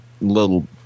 little